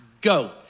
go